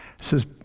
says